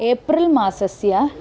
April मासस्य